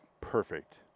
Perfect